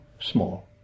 small